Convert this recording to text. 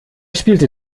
spielte